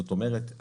זאת אומרת,